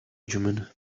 benjamin